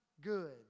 good